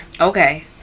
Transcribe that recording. Okay